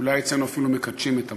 אולי אצלנו אפילו מקדשים את המוות.